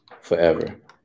forever